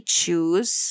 choose